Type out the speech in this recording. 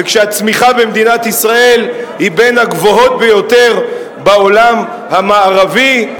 וכשהצמיחה במדינת ישראל היא בין הגבוהות בעולם המערבי.